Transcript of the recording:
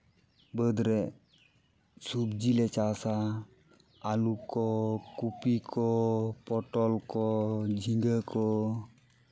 ᱵᱟᱹᱫᱽ ᱨᱮ ᱥᱚᱵᱽᱡᱤ ᱞᱮ ᱪᱟᱥᱟ ᱟᱹᱞᱩ ᱠᱚ ᱠᱚᱯᱤ ᱠᱚ ᱯᱚᱴᱚᱞ ᱠᱚ ᱡᱷᱤᱸᱜᱟᱹ ᱠᱚ